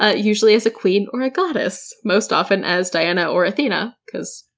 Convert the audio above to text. ah usually as a queen or a goddess. most often as diana or athena because,